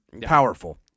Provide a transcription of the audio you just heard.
powerful